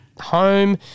home